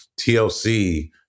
TLC